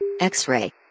X-Ray